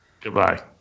Goodbye